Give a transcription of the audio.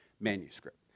manuscript